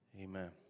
Amen